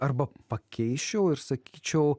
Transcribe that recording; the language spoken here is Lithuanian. arba pakeisčiau ir sakyčiau